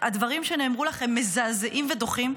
הדברים שנאמרו לך הם מזעזעים ודוחים.